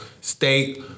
state